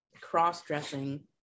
cross-dressing